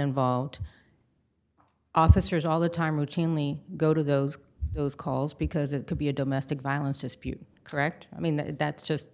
involved officers all the time routinely go to those those calls because it could be a domestic violence dispute correct i mean that's just